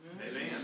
amen